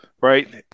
right